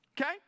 okay